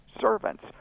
servants